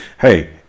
hey